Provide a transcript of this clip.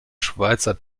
schweizer